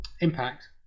Impact